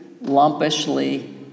lumpishly